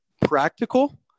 practical